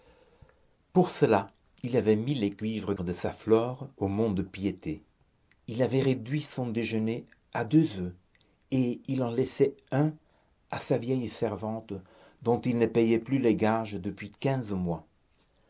pour cela il avait mis les cuivres de sa flore au mont-de-piété il avait réduit son déjeuner à deux oeufs et il en laissait un à sa vieille servante dont il ne payait plus les gages depuis quinze mois